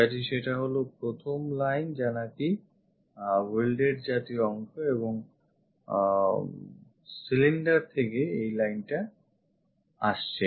কাজেই সেটা হলো প্রথম line যা নাকি welded জাতীয় অংশ এবং cylinder থেকে এই lineটা আসছে